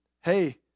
Hey